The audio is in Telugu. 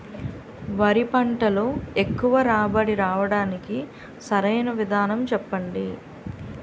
వరి పంటలో ఎక్కువ రాబడి రావటానికి సరైన విధానం చెప్పండి?